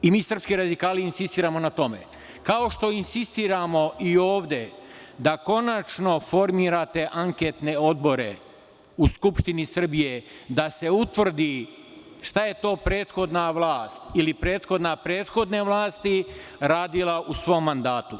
Mi, srpski radikali, insistiramo na tome, kao što insistiramo i ovde da konačno formirate anketne odbore u Skupštini Srbije, da se utvrdi šta je to prethodna vlast ili prethodna prethodne vlasti radila u svom mandatu.